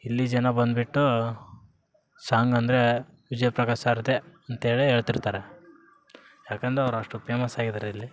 ಇಲ್ಲಿ ಜನ ಬಂದುಬಿಟ್ಟು ಸಾಂಗ್ ಅಂದರೆ ವಿಜಯ್ ಪ್ರಕಾಶ್ ಸರ್ದೇ ಅಂತೇಳಿ ಹೇಳ್ತಿರ್ತಾರೆ ಯಾಕಂದರೆ ಅವ್ರು ಅಷ್ಟು ಪೇಮಸ್ ಆಗಿದಾರೆ ಇಲ್ಲಿ